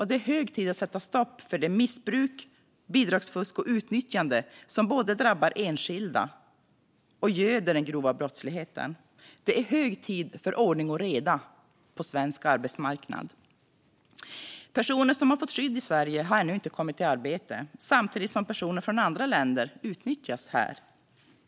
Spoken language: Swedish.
Det är hög tid att sätta stopp för det missbruk, bidragsfusk och utnyttjande som både drabbar enskilda och göder den grova brottsligheten. Det är hög tid för ordning och reda på svensk arbetsmarknad. Personer som har fått skydd i Sverige har ännu inte kommit i arbete, samtidigt som personer från andra länder utnyttjas här.